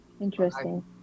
Interesting